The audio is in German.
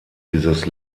dieses